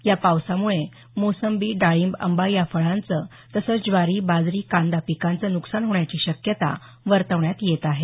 या पावसामुळे मोसंबी डाळींब आंबा या फळांचं तसंच ज्वारी बाजरी कांदा पिकांचं नुकसान होण्याची शक्यता वर्तवण्यात येत आहे